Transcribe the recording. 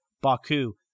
Baku